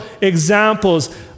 examples